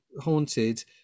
haunted